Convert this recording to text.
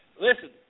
Listen